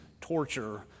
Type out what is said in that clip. torture